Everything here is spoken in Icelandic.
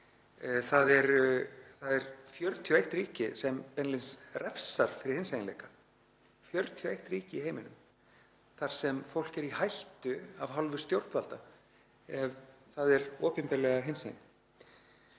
Það er 41 ríki sem beinlínis refsar fyrir hinseginleika. 41 ríki í heiminum þar sem fólk er í hættu af hálfu stjórnvalda ef það er opinberlega hinsegin.